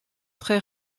très